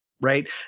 right